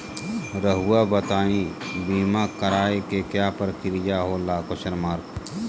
रहुआ बताइं बीमा कराए के क्या प्रक्रिया होला?